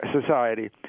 society